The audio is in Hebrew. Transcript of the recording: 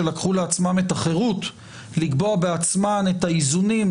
שלקחו לעצמם את החירות לקבוע בעצמן את האיזונים.